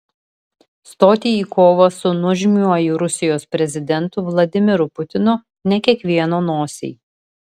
stoti į kovą su nuožmiuoju rusijos prezidentu vladimiru putinu ne kiekvieno nosiai